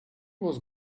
was